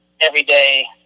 everyday